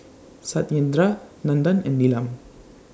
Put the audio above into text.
Satyendra Nandan and Neelam